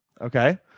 okay